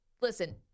listen